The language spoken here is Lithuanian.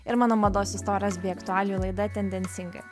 ir mano mados istorijos bei aktualijų laida tendencingai